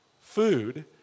food